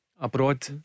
abroad